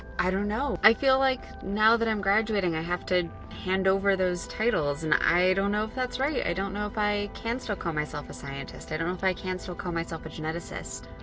i don't know. i feel like now that i'm graduating, i have to hand over those titles. and i don't know if that's right. i don't know if i can still call myself a scientist i don't know if i can still call myself a geneticist.